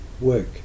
work